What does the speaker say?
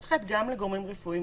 32יח גם לגורמים רפואיים,